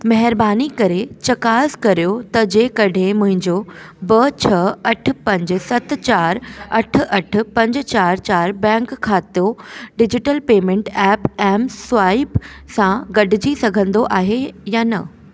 महिरबानी करे चकासु करियो त जेकॾहिं मुंहिंजो ॿ छह अठ पंज सत चारि अठ अठ पंज चारि चारि बैंक खातो digital payment app M swipe सां गॾिजी सघंदो आहे या न